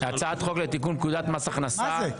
הצעת חוק לתיקון פקודת מס הכנסה.